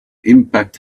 impact